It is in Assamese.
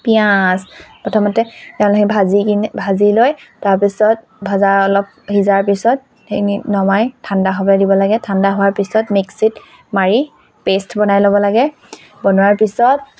পিঁয়াজ প্ৰথমতে ভাজি কিনে ভাজি লৈ তাৰপিছত ভাজাৰ অলপ সিজাৰ পিছত নমাই ঠাণ্ডা হ'ব দিব লাগে ঠাণ্ডা হোৱাৰ পিছত মিক্সিত মাৰি পেষ্ট বনাই ল'ব লাগে বনোৱাৰ পিছত